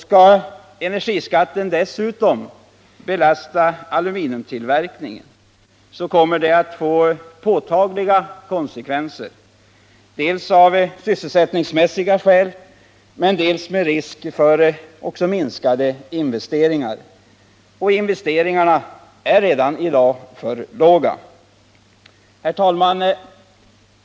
Skall energiskatten dessutom belasta aluminiumtillverkningen kommer det att få påtagliga konsekvenser dels på sysselsättningen, dels i form av risk för minskade investeringar. Och investeringarna är redan i dag för låga. Herr talman!